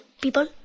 people